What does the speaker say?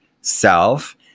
self